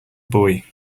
boy